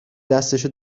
دستشو